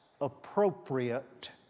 appropriate